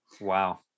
wow